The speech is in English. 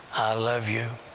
love you,